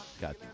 Got